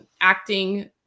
acting